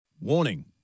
Warning